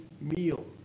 meal